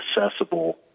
accessible